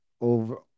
over